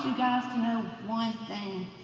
to know one thing,